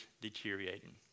deteriorating